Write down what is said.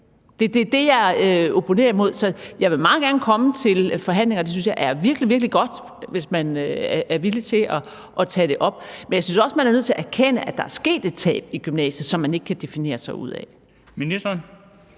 Det er det, jeg opponerer imod. Så jeg vil meget gerne komme til forhandlinger. Jeg synes, at det er virkelig, virkelig godt, hvis man er villig til at tage det op. Men jeg synes også, at man er nødt til at erkende, at der er sket et tab i gymnasiet, som man ikke kan definere sig ud af. Kl.